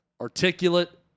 articulate